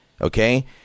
Okay